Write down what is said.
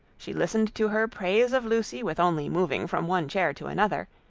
she listened to her praise of lucy with only moving from one chair to another,